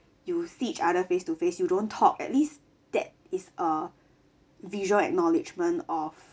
you see each other face to face you don't talk at least that is a visual acknowledgement of